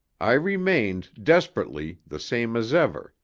i remained, desperately, the same as ever,